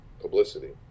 publicity